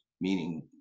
meaning